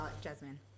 Jasmine